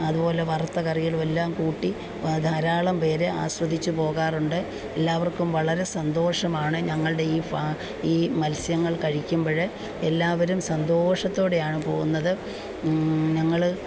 അതുപോലെ വറുത്ത കറികളും എല്ലാം കൂട്ടി ധാരാളം പേർ ആസ്വദിച്ച് പോകാറുണ്ട് എല്ലാവർക്കും വളരെ സന്തോഷമാണ് ഞങ്ങളുടെ ഈ ഫ ഈ മത്സ്യങ്ങൾ കഴിക്കുമ്പം എല്ലാവരും സന്തോഷത്തോടെയാണ് പോവുന്നത് ഞങ്ങൾ